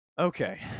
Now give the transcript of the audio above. Okay